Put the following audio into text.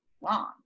long